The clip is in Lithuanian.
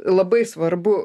labai svarbu